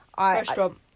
Restaurant